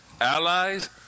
allies